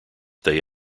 they